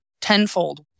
tenfold